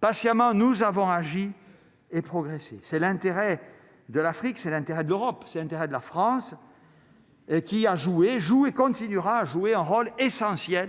Patiemment, nous avons agi et progresser, c'est l'intérêt de l'Afrique, c'est l'intérêt de l'Europe, c'est l'intérêt de la France, qui a joué, joue et continuera à jouer un rôle essentiel